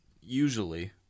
usually